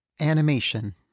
animation